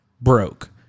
broke